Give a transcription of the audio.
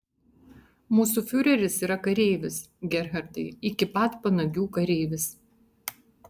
mūsų fiureris yra kareivis gerhardai iki pat panagių kareivis